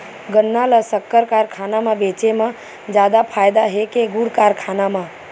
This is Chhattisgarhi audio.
गन्ना ल शक्कर कारखाना म बेचे म जादा फ़ायदा हे के गुण कारखाना म?